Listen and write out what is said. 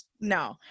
no